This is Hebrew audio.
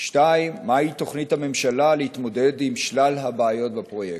2. מהי תוכנית הממשלה להתמודד עם שלל הבעיות בפרויקט?